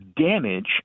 damage